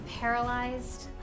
paralyzed